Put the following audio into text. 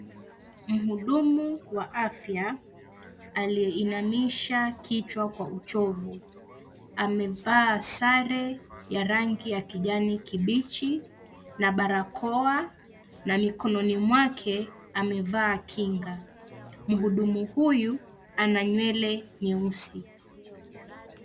Mhudumu wa afya aliyeinamisha kichwa kwa uchovu, amevaa sare ya rangi ya kijani kibichi na barakoa na mikononi mwake, amevaa kinga. Mhudumu huyu ana nywele nyeusi.